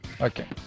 Okay